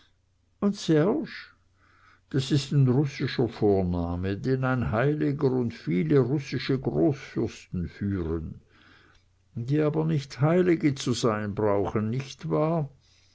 und serge das ist ein russischer vorname den ein heiliger und viele russische großfürsten führen die aber nicht heilige zu sein brauchen nicht wahr